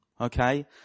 okay